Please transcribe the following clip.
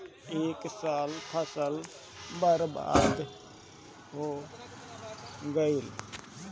ए साल फसल बर्बाद हो गइल